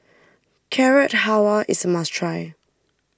Carrot Halwa is a must try